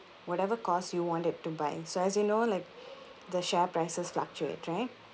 whatever cost you wanted to buy so as you know like the share prices fluctuate right